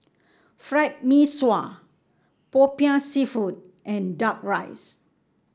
Fried Mee Sua popiah seafood and duck rice